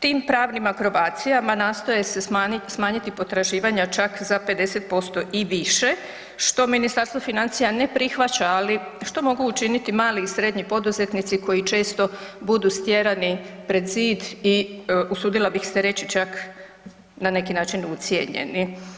Tim pravnim akrobacijama nastoje se smanjiti potraživanja čak za 50% i više što Ministarstvo financija ne prihvaća ali što mogu učiniti mali i srednji poduzetnici koji često budu stjerani pred zid i usudila bih se reći čak na neki način ucijenjeni.